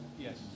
Yes